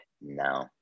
no